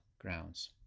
grounds